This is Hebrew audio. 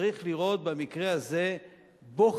צריך לראות במקרה הזה בוחן,